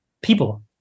people